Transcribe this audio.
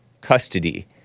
custody